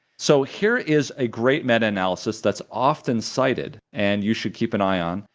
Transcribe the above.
so here is a great meta-analysis that's often cited, and you should keep an eye on.